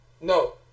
No